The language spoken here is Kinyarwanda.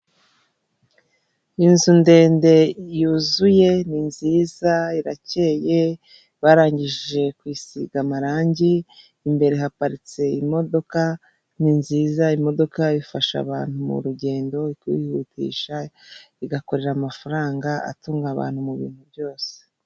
Inzu ndende yuzuye ni nziza irakeye barangije kuyisiga amarangi imbere haparitse imodoka ni nziza imodoka ifasha abantu murugendo kwihutisha igakorera amafaranga atunga abantu mu bintu byose.